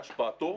בהשפעתו,